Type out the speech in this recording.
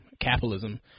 capitalism